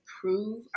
prove